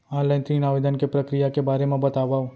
Online ऋण आवेदन के प्रक्रिया के बारे म बतावव?